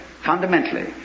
fundamentally